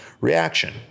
reaction